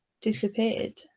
disappeared